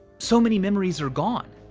so many memories are gone.